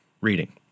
reading